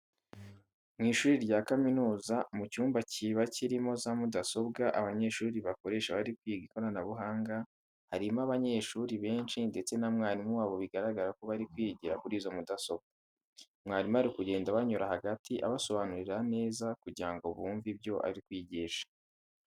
Mu ishuri rya kaminuza, mu cyumba kiba kirimo za mudasobwa abanyeshuri bakoresha bari kwiga ikoranabuhanga, harimo abanyeshuri benshi ndetse na mwarimu wabo bigaragara ko bari kwigira kuri izo mudasobwa. Mwarimu ari kugenda abanyura hagati abasobanurira neza kugira ngo bumve ibyo ari kwigisha.